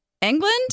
England